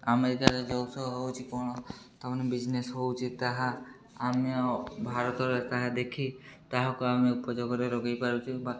ଆମେରିକାରେ ଯେଉଁ ସବୁ ହେଉଛି କ'ଣ ତୁମେ ବିଜନେସ୍ ହେଉଛି ତାହା ଆମେ ଭାରତରେ ତାହା ଦେଖି ତାହାକୁ ଆମେ ଉପଯୋଗରେ ଲଗେଇ ପାରୁଛେ ବା